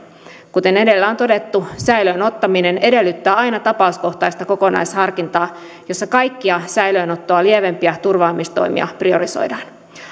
kuten edellä on todettu säilöön ottaminen edellyttää aina tapauskohtaista kokonaisharkintaa jossa kaikkia säilöönottoa lievempiä turvaamistoimia priorisoidaan